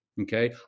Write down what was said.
Okay